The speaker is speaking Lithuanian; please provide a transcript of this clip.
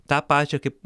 tą pačią kaip